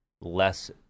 less